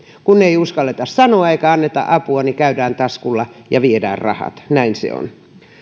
kun ei uskalleta sanoa eikä anneta apua niin käydään taskulla ja viedään rahat näin se on